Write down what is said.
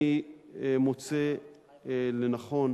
אני מוצא לנכון